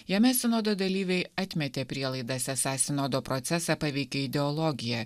jame sinodo dalyviai atmetė prielaidas esą sinodo procesą paveikė ideologija